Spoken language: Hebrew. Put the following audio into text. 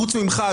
חוץ ממך,